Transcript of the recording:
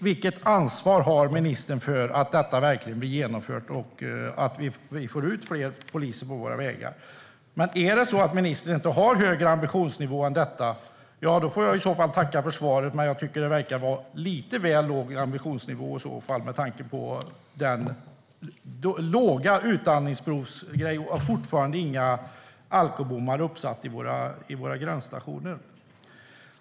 Vilket ansvar har ministern för att detta verkligen genomförs och att vi får ut fler poliser på våra vägar? Om det är så att ministern inte har högre ambitionsnivå än så får jag tacka för svaret, men jag tycker att det verkar vara en lite väl låg ambitionsnivå med tanke på det låga antalet utandningsprov och att det fortfarande inte finns alkobommar uppsatta vid våra gränsstationer.